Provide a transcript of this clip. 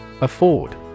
Afford